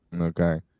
Okay